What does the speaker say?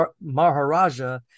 Maharaja